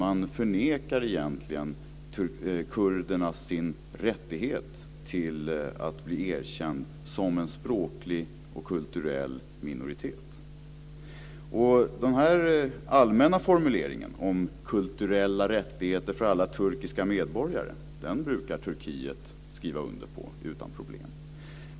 Man förnekar egentligen kurderna deras rättighet att bli erkända som en språklig och kulturell minoritet. Den här allmänna formuleringen om kulturella rättigheter till alla turkiska medborgare brukar Turkiet skriva under på utan problem.